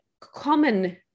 common